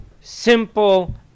simple